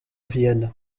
vienne